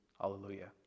Hallelujah